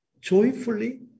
joyfully